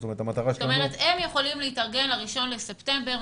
זאת אומרת, הם יכולים להתארגן ל-1 בספטמבר.